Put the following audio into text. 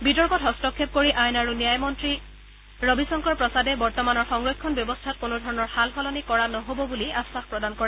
বিতৰ্কত হস্তক্ষেপ কৰি আইন আৰু ন্যায়মন্ত্ৰী ৰবীশংকৰ প্ৰসাদে বৰ্তমানৰ সংৰক্ষণ ব্যৱস্থাত কোনো ধৰণৰ সাল সলনি কৰা নহ'ব বুলি আগ্বাস প্ৰদান কৰে